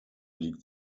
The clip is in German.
liegt